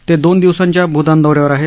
ते दोन दिवसांच्या भतान दौऱ्यावर आहेत